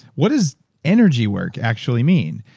what does energy work actually mean?